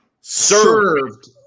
Served